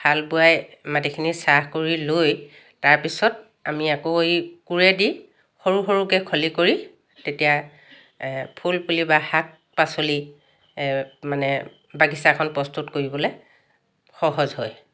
হাল বোৱাই মাটিখিনি চাহ কৰি লৈ তাৰপিছত আমি আকৌ এই কোৰেদি সৰু সৰুকৈ খলি কৰি তেতিয়া ফুলপুলি বা শাক পাচলি মানে বাগিচাখন প্ৰস্তুত কৰিবলৈ সহজ হয়